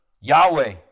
Yahweh